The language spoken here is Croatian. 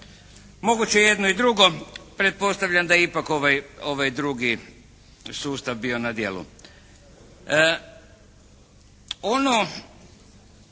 Moguće je jedno i drugo, pretpostavljam da je ipak ovaj drugi sustav bio na djelu. Ono